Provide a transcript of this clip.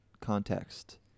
context